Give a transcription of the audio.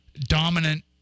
dominant